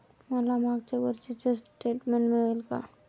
मला मागच्या वर्षीचे स्टेटमेंट मिळेल का?